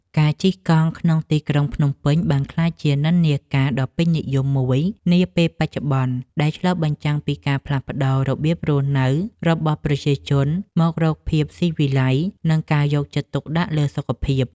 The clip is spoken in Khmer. ការជិះកង់ក្នុងទីក្រុងភ្នំពេញ បានក្លាយជានិន្នាការដ៏ពេញនិយមមួយនាពេលបច្ចុប្បន្ន ដែលឆ្លុះបញ្ចាំងពីការផ្លាស់ប្តូររបៀបរស់នៅរបស់ប្រជាជនមករកភាពស៊ីវិល័យ និងការយកចិត្តទុកដាក់លើសុខភាព។